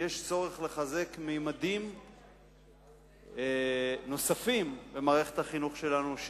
שיש צורך לחזק ממדים נוספים במערכת החינוך שלנו,